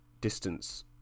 distance